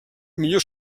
millor